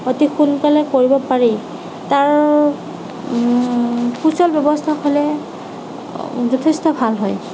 অতি সোনকালে কৰিব পাৰি তাৰ সুচল ব্য়ৱস্থা হ'লে যথেষ্ট ভাল হয়